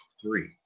three